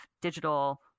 digital